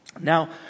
Now